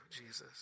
Jesus